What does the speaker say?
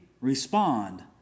respond